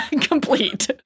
complete